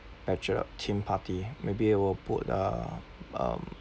bachelor theme party maybe I will put uh um